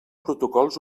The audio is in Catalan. protocols